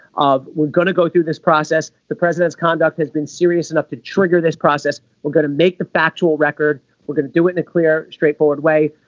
we're going to go through this process. the president's conduct has been serious enough to trigger this process. we're going to make the factual record we're going to do it in a clear straightforward way.